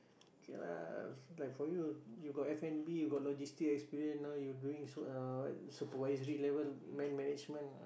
okay lah like for you you got f-and-b you got logistic experience now you doing s~ uh what supervisory level man management lah